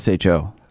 SHO